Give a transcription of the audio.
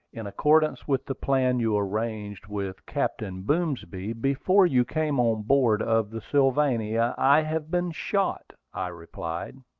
in accordance with the plan you arranged with captain boomsby before you came on board of the sylvania, i have been shot, i replied.